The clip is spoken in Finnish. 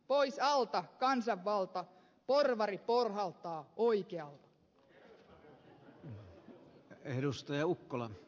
pois alta kansanvalta porvari porhaltaa oikealta